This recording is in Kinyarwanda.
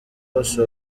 wose